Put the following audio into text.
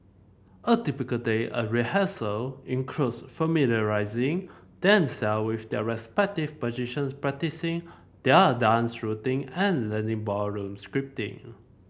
a typical day at rehearsal includes familiarising them self with their respective positions practising their dance routine and learning balloon